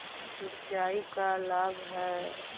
सिंचाई का लाभ है?